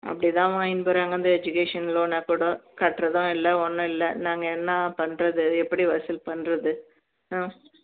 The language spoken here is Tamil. அப்படி தான் வாங்கின்னு போகிறாங்க இந்து எஜிகேஷன் லோனை கூட கட்டுறதும் இல்லை ஒன்றும் இல்லை நாங்கள் என்ன பண்ணுறது எப்படி வசூல் பண்ணுறது ஆ